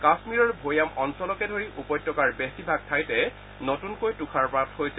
কাশ্মীৰৰ ভৈয়াম অঞ্চলকে ধৰি উপত্যকাৰ বেছিভাগ ঠাইতে নতুনকৈ তুষাৰপাত হৈছে